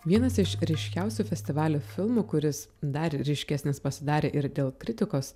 vienas iš ryškiausių festivalio filmų kuris dar ryškesnis pasidarė ir dėl kritikos